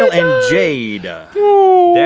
so and jade